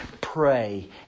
pray